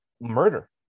murder